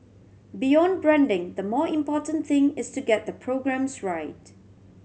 beyond branding the more important thing is to get the programmes right